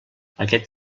aquest